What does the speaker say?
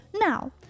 Now